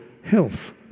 health